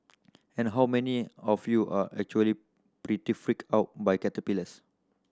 and how many of you are actually pretty freaked out by caterpillars